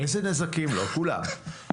איזה נזקים לא כולם.